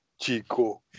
Chico